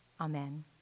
Amen